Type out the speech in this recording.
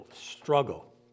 struggle